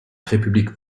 république